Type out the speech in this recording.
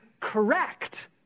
Correct